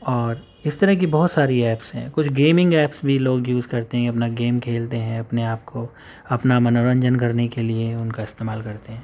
اور اس طرح کی بہت ساری ایپس ہیں کچھ گیمنگ ایپس بھی لوگ یوز کرتے ہیں اپنا گیم کھیلتے ہیں اپنے آپ کو اپنا منورنجن کرنے کے لیے ان کا استعمال کرتے ہیں